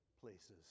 places